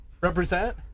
represent